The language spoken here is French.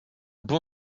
bon